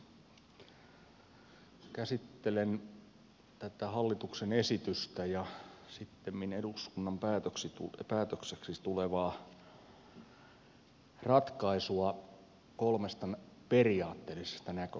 käsittelen tätä hallituksen esitystä ja sittemmin eduskunnan päätökseksi tulevaa ratkaisua kolmesta periaatteellisesta näkökulmasta